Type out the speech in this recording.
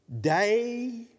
Day